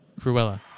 Cruella